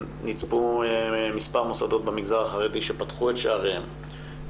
שנצפו מספר מוסדות במגזר החרדי שפתחו את שעריהם